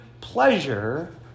pleasure